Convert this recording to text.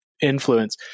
influence